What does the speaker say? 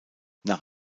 nach